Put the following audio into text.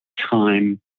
time